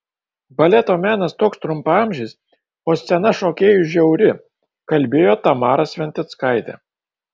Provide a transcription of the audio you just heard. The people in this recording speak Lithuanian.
baleto menas toks trumpaamžis o scena šokėjui žiauri kalbėjo tamara sventickaitė